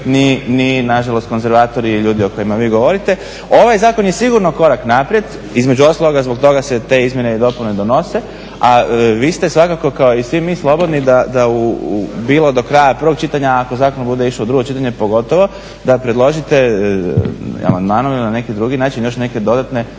ni konzervatori i ljudi o kojima vi govorite. Ovaj zakon je sigurno korak naprijed, između ostaloga zbog toga se te izmjene i dopune donese. A vi ste svakako kao i svi mi slobodni, da u bilo do kraja prvog čitanja, a ako zakon bude išao u drugo čitanje, pogotovo da predložite amandmanom ili na neki drugi način još neke dodatne